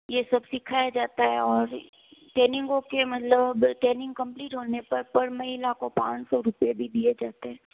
ये सब सिखाया जाता है और ट्रनिंगों के मतलब ट्रेनिंग कम्लीट होने पर पर महिला को पाँच सौ रूपये भी दिए जाते हैं